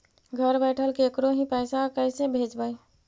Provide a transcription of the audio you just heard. घर बैठल केकरो ही पैसा कैसे भेजबइ?